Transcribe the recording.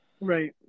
Right